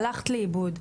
הלכת לאיבוד,